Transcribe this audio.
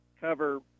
cover